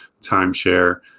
timeshare